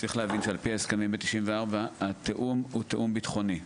צריך להגיד שעל-פי ההסכמים מ-1994 התיאום הוא תיאום ביטחוני,